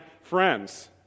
friends